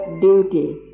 duty